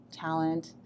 talent